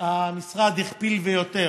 המשרד הכפיל, ויותר,